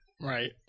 Right